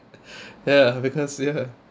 ya because ya